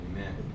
Amen